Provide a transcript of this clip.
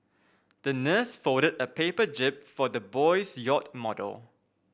the nurse folded a paper jib for the little boy's yacht model